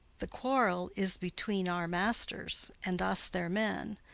the quarrel is between our masters and us their men.